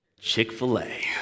Chick-fil-A